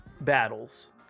battles